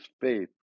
faith